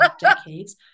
decades